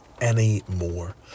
anymore